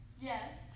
Yes